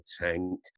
tank